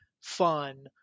fun